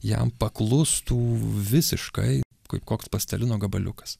jam paklustų visiškai kaip koks pastelino gabaliukas